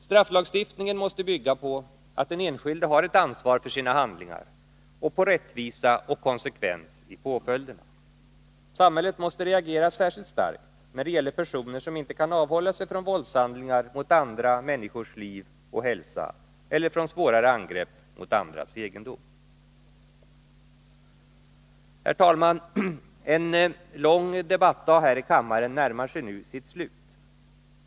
Strafflagstiftningen måste bygga på att den enskilde har ett ansvar för sina handlingar samt på rättvisa och konsekvens i påföljderna. Samhället måste reagera särskilt starkt när det gäller personer som inte kan avhålla sig från våldshandlingar mot andra människors liv och hälsa eller från svårare angrepp mot andras egendom. Herr talman! En lång debattdag här i kammaren närmar sig nu sitt slut.